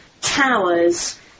towers